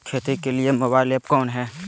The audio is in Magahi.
खेती के लिए मोबाइल ऐप कौन है?